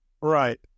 Right